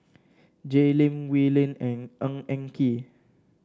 Jay Lim Wee Lin and Ng Eng Kee